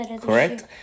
correct